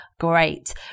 great